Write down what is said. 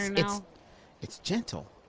it's it's gentle.